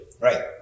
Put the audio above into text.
Right